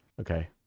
Okay